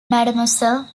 mademoiselle